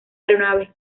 aeronave